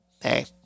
hey